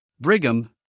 Brigham